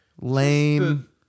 Lame